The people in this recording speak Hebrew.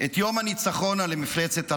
את יום הניצחון על המפלצת הנאצית,